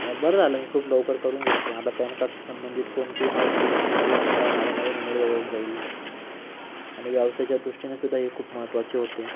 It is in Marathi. अरं बरं झालं मी खूप लवकर करून घेतलो मला पॅन कार्डशी संबंधित कोणतीही माहिती आणि अलर्ट मला आलं माझ्या नवीन ईमेलवर येऊन जाईल आणि व्यवसायाच्या दृष्टीने सुद्धा हे खूप महत्त्वाचे होते